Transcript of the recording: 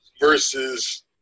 versus